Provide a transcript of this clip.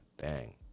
Bang